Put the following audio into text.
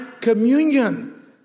communion